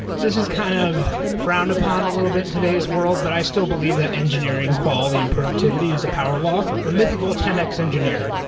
this is kind of frowned upon a little bit in today's world, but i still believe that engineering quality and productivity is a power law, the mythical ten x engineer.